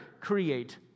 create